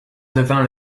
devint